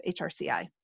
HRCI